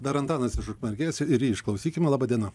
dar antanas iš ukmergės ir jį išklausykim laba diena